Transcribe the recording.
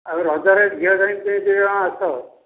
ଆଉ ରଜରେ ଝିଅ ଜ୍ଵାଇଁ ଦୁହେଁ ଦୁଇ ଜଣ ଆସ